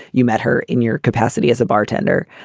you met her in your capacity as a bartender.